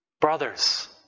Brothers